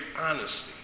honesty